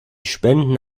spenden